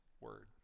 word